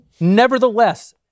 nevertheless